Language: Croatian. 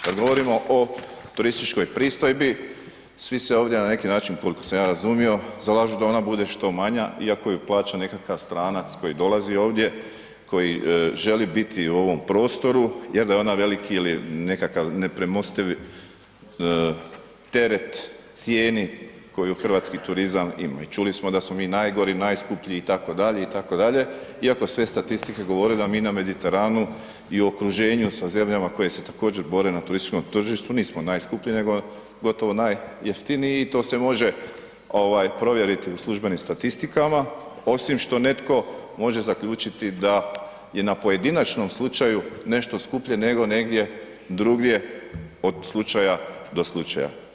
Kad govorimo o turističkoj pristojbi, svi se ovdje na neki način, koliko sam razumio, zalažu da ona bude što manja iako ju plaća nekakav stranac koji dolazi ovdje, koji želi biti u ovom prostoru, je da je ona veliki ili nekakav nepremostivi teret cijeni koju hrvatski turizam ima i čuli smo da smo mi najgori, najskuplji itd. itd. iako sve statistike govore da mi na Mediteranu i okruženju sa zemljama koje se također bore na turističkom tržištu, nismo najskuplje, nego gotovo najjeftiniji i to se može provjeriti u službenim statistikama, osim što netko može zaključiti da je na pojedinačnom slučaju nešto skuplje nego negdje drugdje od slučaja do slučaja.